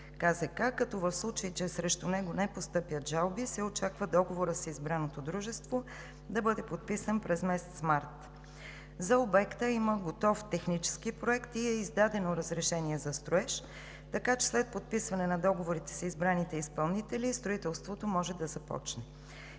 пред КЗК. В случай че срещу него не постъпят жалби, се очаква договорът с избраното дружество да бъде подписан през месец март. За обекта има готов технически проект и е издадено разрешение за строеж, така че след подписване на договорите с избраните изпълнители строителството може да започне.